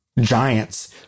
giants